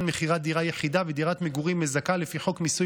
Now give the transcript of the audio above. מכירת דירה יחידה בדירת מגורים מזכה לפי חוק מיסוי